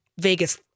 Vegas